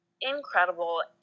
incredible